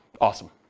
Awesome